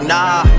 Nah